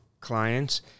clients